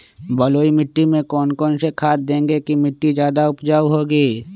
बलुई मिट्टी में कौन कौन से खाद देगें की मिट्टी ज्यादा उपजाऊ होगी?